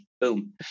Boom